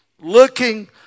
looking